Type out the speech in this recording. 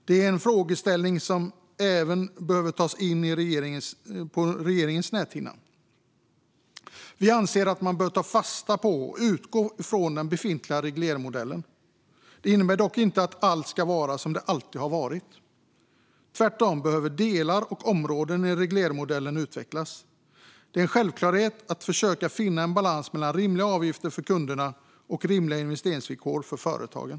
Det är en frågeställning som behöver ta sig in även på regeringens näthinna. Vi anser att man bör ta fasta på och utgå från den befintliga reglermodellen. Det innebär dock inte att allt ska vara som det alltid har varit. Tvärtom behöver delar och områden i reglermodellen utvecklas. Det är en självklarhet att försöka finna en balans mellan rimliga avgifter för kunderna och rimliga investeringsvillkor för företagen.